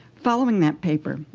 following that paper,